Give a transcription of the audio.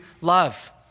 love